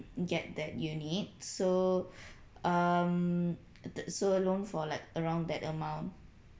get that unit so um uh the so loan for like around that amount